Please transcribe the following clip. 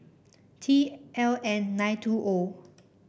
T L N nine two O